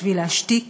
בשביל להשתיק